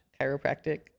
chiropractic